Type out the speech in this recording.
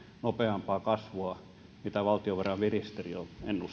nopeampaa kasvua kuin valtiovarainministeriö